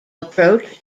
approach